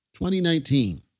2019